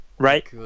Right